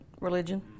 religion